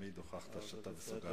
תמיד הוכחת שאתה מסוגל.